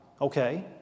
okay